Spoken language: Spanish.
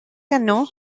ganó